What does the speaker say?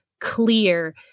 clear